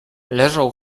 leżał